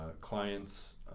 Clients